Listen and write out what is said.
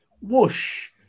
Whoosh